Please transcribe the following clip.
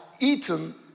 eaten